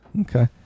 Okay